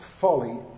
folly